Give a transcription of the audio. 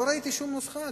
לא ראיתי שום נוסחה,